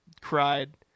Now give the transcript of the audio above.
cried